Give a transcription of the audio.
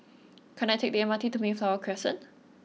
can I take the M R T to Mayflower Crescent